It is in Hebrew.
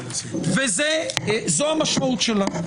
וזאת המשמעות שלה.